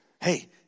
Hey